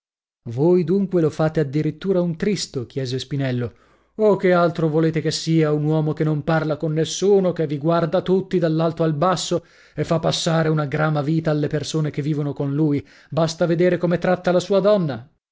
voi dunque lo fate addirittura un tristo chiese spinello o che altro volete che sia un uomo che non parla con nessuno che vi guarda tutti dall'alto al basso e fa passare una grama vita alle persone che vivono con lui basta vedere come tratta la sua donna